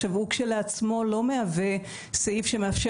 עכשיו הוא כשלעצמו לא מהווה סעיף שמאפשר